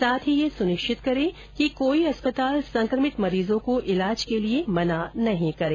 साथ ही यह सुनिश्चित करे कि कोई अस्पताल संक्रमित मरीजों को इलाज के लिए मना नहीं करे